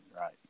Right